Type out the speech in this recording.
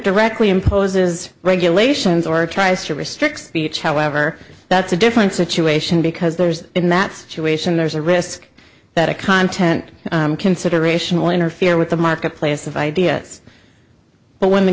directly imposes regulations or tries to restrict speech however that's a different situation because there's in that situation there's a risk that a content consideration will interfere with the marketplace of ideas but when the